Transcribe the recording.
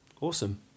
Awesome